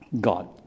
God